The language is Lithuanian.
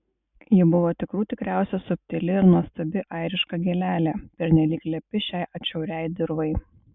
ji buvo tikrų tikriausia subtili ir nuostabi airiška gėlelė pernelyg lepi šiai atšiauriai dirvai